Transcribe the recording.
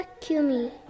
Kumi